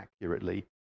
accurately